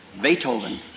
Beethoven